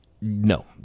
No